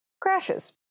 crashes